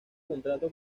contrato